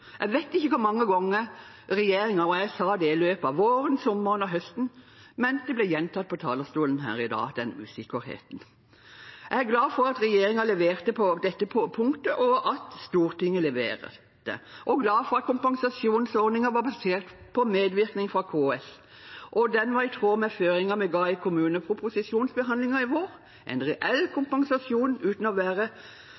Jeg vet ikke hvor mange ganger regjeringen og jeg sa det i løpet av våren, sommeren og høsten, men den ble gjentatt på talerstolen her i dag, den usikkerheten. Jeg er glad for at regjeringen leverte på dette punktet, og at Stortinget leverte. Jeg er glad for at kompensasjonsordningen var basert på medvirkning fra KS, og at den var i tråd med føringer vi ga i kommuneproposisjonsbehandlingen i vår – en reell